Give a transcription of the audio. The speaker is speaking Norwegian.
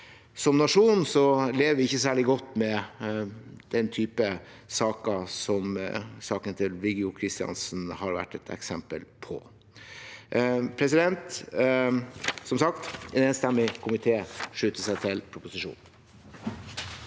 Som nasjon lever vi ikke særlig godt med den typen saker som denne til Viggo Kristiansen har vært et eksempel på. Som sagt: En enstemmig komité slutter seg til proposisjonen.